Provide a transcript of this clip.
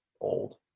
old